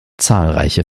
zahlreiche